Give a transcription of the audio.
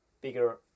bigger